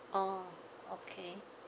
oh okay